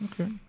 Okay